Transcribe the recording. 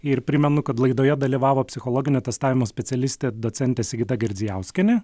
ir primenu kad laidoje dalyvavo psichologinio testavimo specialistė docentė sigita girdzijauskienė